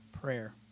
prayer